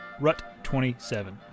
rut27